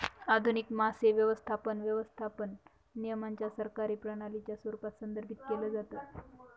आधुनिक मासे व्यवस्थापन, व्यवस्थापन नियमांच्या सरकारी प्रणालीच्या स्वरूपात संदर्भित केलं जातं